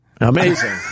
amazing